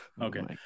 Okay